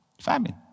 Famine